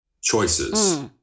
choices